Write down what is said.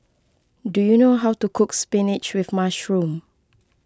do you know how to cook Spinach with Mushroom